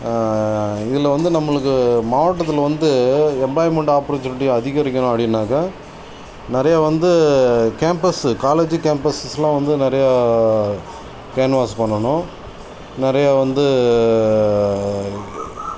இதில் வந்து நம்மளுக்கு மாவட்டத்தில் வந்து எம்பிளாய்மெண்ட் ஆப்பர்ச்சுனிட்டி அதிகரிக்கும் அப்படின்னாக்க நிறைய வந்து கேம்பஸ் காலேஜ் கேம்பஸ்ஸெலாம் வந்து நிறையா கேன்வாஸ் பண்ணணும் நிறைய வந்து